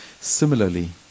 Similarly